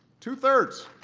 two-thirds.